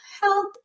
health